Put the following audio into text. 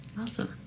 Awesome